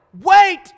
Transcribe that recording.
Wait